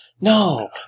No